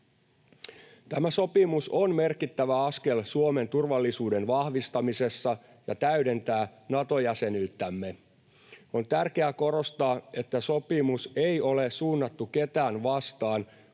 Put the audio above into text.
Tämä sopimus on merkittävä askel Suomen turvallisuuden vahvistamisessa ja täydentää Nato-jäsenyyttämme. On tärkeää korostaa, että sopimus ei ole suunnattu ketään vastaan,